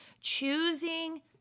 choosing